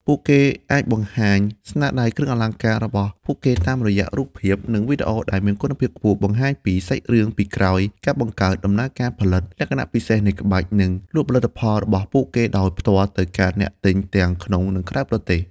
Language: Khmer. ពួកគេអាចបង្ហាញ ស្នាដៃ គ្រឿងអលង្ការរបស់ពួកគេតាមរយៈរូបភាព និងវីដេអូដែលមានគុណភាពខ្ពស់ បង្ហាញពី សាច់រឿងពីក្រោយការបង្កើត (ដំណើរការផលិត លក្ខណៈពិសេសនៃក្បាច់) និង លក់ផលិតផល របស់ពួកគេដោយផ្ទាល់ទៅកាន់អ្នកទិញទាំងក្នុង និងក្រៅប្រទេស។